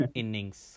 innings